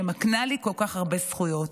שמקנה לי כל כך הרבה זכויות?